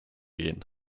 gehen